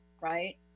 right